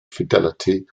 fidelity